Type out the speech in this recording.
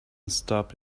stopped